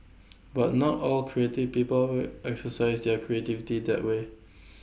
but not all creative people exercise their creativity that way